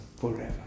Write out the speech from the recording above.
forever